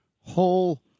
whole